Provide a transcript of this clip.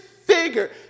Figure